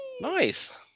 Nice